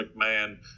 McMahon